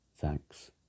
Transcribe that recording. Thanks